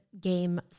game